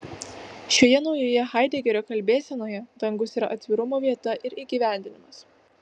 šioje naujoje haidegerio kalbėsenoje dangus yra atvirumo vieta ir įgyvendinimas